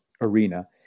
arena